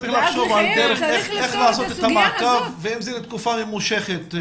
צריך לחשוב על דרך איך לעשות את המעקב ואם זה לתקופה ממושכת,